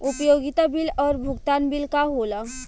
उपयोगिता बिल और भुगतान बिल का होला?